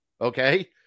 okay